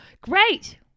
Great